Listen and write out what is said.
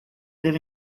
live